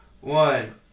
one